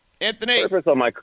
Anthony